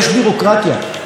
אז בשביל זה יש מנהלים,